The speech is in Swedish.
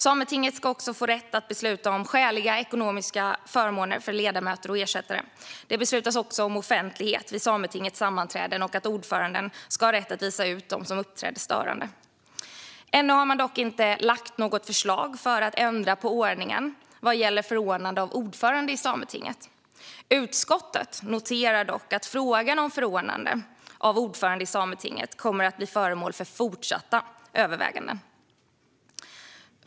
Sametinget ska också få rätt att besluta om skäliga ekonomiska förmåner för ledamöter och ersättare. Det beslutas också om offentlighet vid sametingets sammanträden och att ordföranden ska ha rätt att visa ut personer som uppträder störande. Ännu har man dock inte lagt fram något förslag om att ändra på ordningen vad gäller förordnande av ordförande i Sametinget. Utskottet noterar dock att frågan om förordnande av ordförande i Sametinget kommer att bli föremål för fortsatta överväganden.